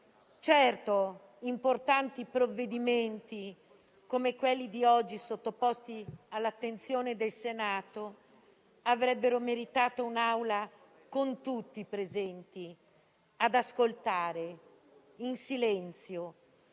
Certo, importanti provvedimenti - come quelli di oggi sottoposti all'attenzione del Senato - avrebbero meritato un'Aula con tutti presenti ad ascoltare in silenzio;